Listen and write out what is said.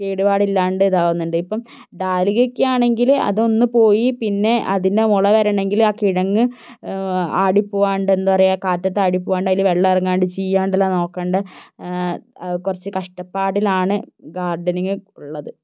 കേടുപാടില്ലാണ്ട് ഇതാവുന്നുണ്ട് ഇപ്പം ഡാലികയ്ക്കാണെങ്കിൽ അതൊന്നുപോയി പിന്നെ അതിൻ്റെ മുള വരണമെങ്കിൽ ആ കിഴങ്ങ് ആടി പോവാണ്ട് എന്താ പറയുക കാറ്റത്ത് ആടി പോവാണ്ട് അതിൽ വെള്ളം ഇറങ്ങാണ്ട് ചീയാണ്ടെല്ലാം നോക്കണ്ടെ അത് കുറച്ച് കഷ്ടപ്പാടിലാണ് ഗാർഡനിങ് ഉള്ളത്